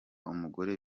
umugore